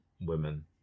women